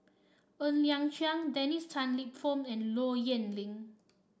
Ng Liang Chiang Dennis Tan Lip Fong and Low Yen Ling